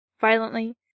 violently